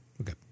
Okay